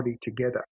together